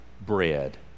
bread